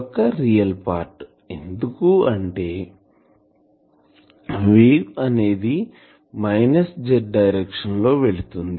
యొక్క real part ఎందుకంటే wave అనేది మైనస్ Z డైరెక్షన్ లో వెళ్తుంది